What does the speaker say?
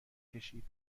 کشید